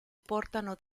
portano